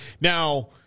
Now